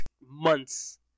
months